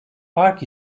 park